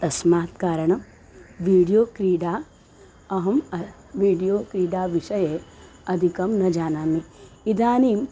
तस्मात् कारणं वीडियो क्रीडा अहं वीडियो क्रीडाविषये अधिकं न जानामि इदानीम्